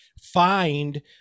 find